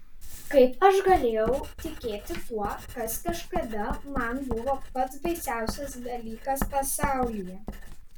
kaip aš galėjau tikėti tuo kas kažkada man buvo pats baisiausias dalykas pasaulyje